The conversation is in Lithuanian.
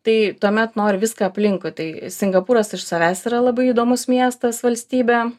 tai tuomet nori viską aplinkui tai singapūras iš savęs yra labai įdomus miestas valstybė